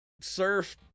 surf